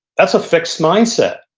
that's a fixed mindset.